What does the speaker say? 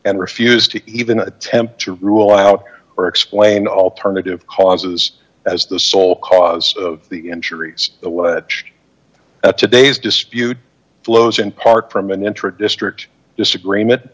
and refused to even attempt to rule out or explain alternative causes as the sole cause of the injuries that today's dispute flows in part from an intra to strict disagreement